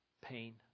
pain